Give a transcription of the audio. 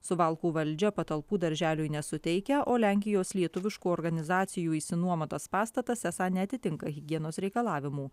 suvalkų valdžia patalpų darželiui nesuteikia o lenkijos lietuviškų organizacijų išsinuomotas pastatas esą neatitinka higienos reikalavimų